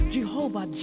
Jehovah